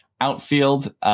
Outfield